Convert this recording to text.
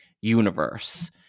universe